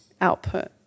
output